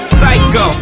Psycho